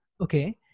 Okay